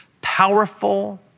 powerful